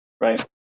right